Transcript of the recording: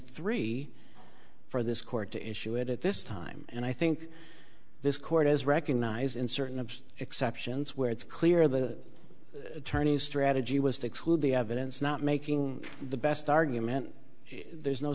three for this court to issue it at this time and i think this court has recognized in certain absurd exceptions where it's clear the attorney strategy was to exclude the evidence not making the best argument there's no